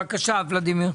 בבקשה, ולדימיר.